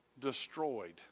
destroyed